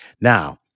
Now